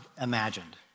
imagined